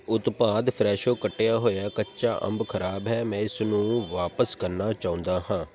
ਉਤਪਾਦ ਫਰੈਸ਼ੋ ਕੱਟਿਆ ਹੋਇਆ ਕੱਚਾ ਅੰਬ ਖਰਾਬ ਹੈ ਮੈਂ ਇਸਨੂੰ ਵਾਪਿਸ ਕਰਨਾ ਚਾਹੁੰਦਾ ਹਾਂ